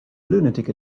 lunatic